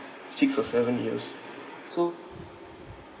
six or seven years so